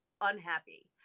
unhappy